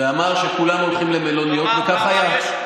ואמר שכולם הולכים למלוניות, וכך היה.